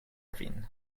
kvin